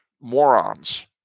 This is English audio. morons